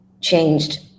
changed